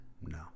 No